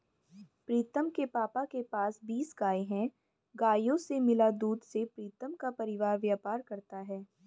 प्रीतम के पापा के पास बीस गाय हैं गायों से मिला दूध से प्रीतम का परिवार व्यापार करता है